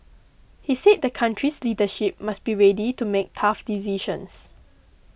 he said the country's leadership must be ready to make tough decisions